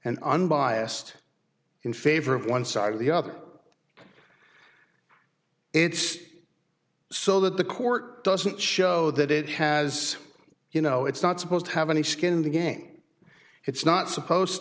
and unbiased in favor of one side or the other it's so that the court doesn't show that it has you know it's not supposed to have any skin in the game it's not supposed